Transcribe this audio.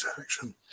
action